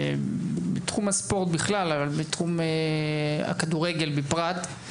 ומחמירה בספורט בכלל אבל בכדורגל בפרט.